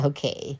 Okay